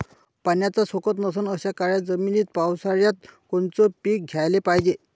पाण्याचा सोकत नसन अशा काळ्या जमिनीत पावसाळ्यात कोनचं पीक घ्याले पायजे?